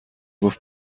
گفت